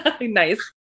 Nice